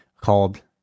called